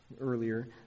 earlier